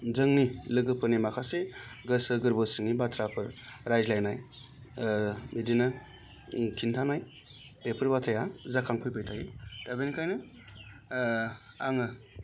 जोंनि लोगोफोरनि माखासे गोसो गोरबो सिंनि बाथ्राफोर रायज्लायनाय बिदिनो खिन्थानाय बेफोर बाथ्राया जाखांफैबाय थायो दा बेनिखायनो आङो